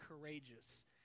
Courageous